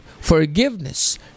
forgiveness